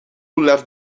left